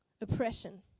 oppression